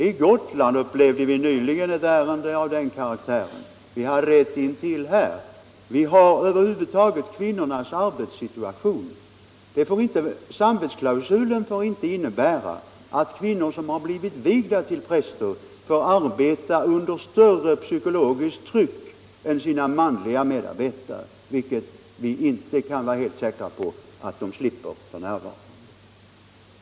I Gotland hade vi nyligen ett ärende av den karaktären, och vi har haft ett fall här intill. Det gäller här över huvud taget kvinnornas arbetssituation. Samvetsklausulen får icke medföra att kvinnor som blivit vigda till präster får arbeta under större psykiskt tryck än sina manliga medarbetare, något som vi f. n. inte kan vara helt säkra på att de slipper.